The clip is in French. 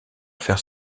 faire